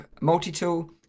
multi-tool